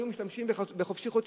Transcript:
היו משתמשים ב"חופשי חודשי".